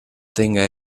tenga